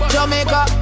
Jamaica